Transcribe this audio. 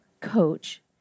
coach